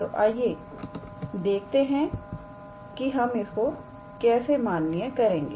तोआइए देखते है हम इसको कैसे माननीय करेंगे